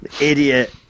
Idiot